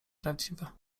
prawdziwe